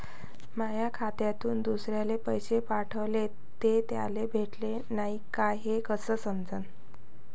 माया खात्यातून दुसऱ्याले पैसे पाठवले, ते त्याले भेटले का नाय हे मले कस समजन?